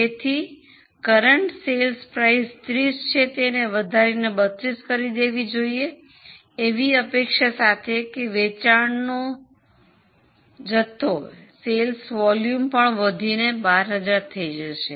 તેથી વર્તમાન વેચાણ કિંમત 30 છે તેને વધારીને 32 કરી દેવી જોઈએ એવી અપેક્ષા છે કે વેચાણ જથ્થો પણ વધીને 12000 થઈ જશે